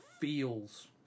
feels